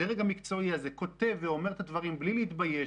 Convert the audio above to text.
הדרג המקצועי הזה כותב ואומר את הדברים בלי להתבייש,